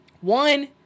One